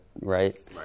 right